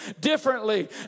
differently